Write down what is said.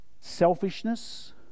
selfishness